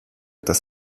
dass